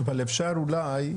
אבל אפשר אולי,